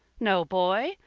no boy!